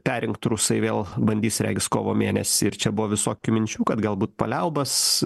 perrinkt rusai vėl bandys regis kovo mėnesį ir čia buvo visokių minčių kad galbūt paliaubas